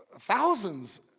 thousands